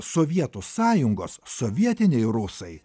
sovietų sąjungos sovietiniai rusai